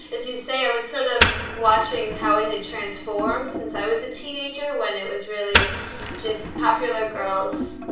as you say. i was sort of watching how it had transformed since i was a teenager when it was really just popular girls,